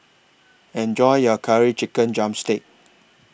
Enjoy your Curry Chicken Drumstick